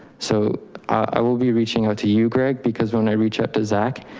so i will be reaching out to you, greg, because when i reach out to zach,